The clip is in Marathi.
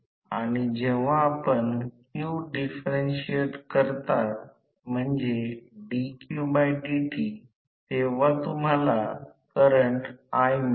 तर ही आणखी दुसरी गोष्ट म्हणजे लोह लॉस प्रतिकार वायरमधील संबंधित Ri वगळले आणि हे नुकसान एकूण शोषक r21 s - 1असलेल्या यांत्रिक आउटपुट मधून वजा केले जाईल